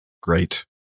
great